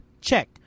check